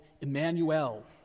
Emmanuel